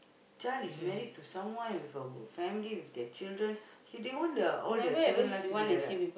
child is married to someone with a family with their children he they want the all their children life to be like that ah